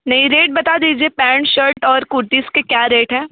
नहीं रेट बता दीजिए शर्ट पेंट और कुर्टिज़ के क्या रेट हैं